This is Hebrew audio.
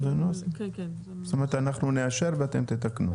זאת אומרת אנחנו נאשר ואתם תתקנו?